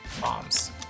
Bombs